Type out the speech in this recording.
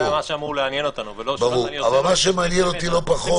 אני חושש